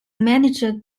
managed